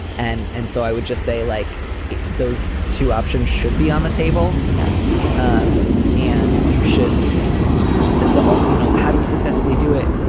and and so i would just say, like those two options should be on the table. yes. um and you should the the you know, how do you successfully do it?